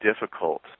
difficult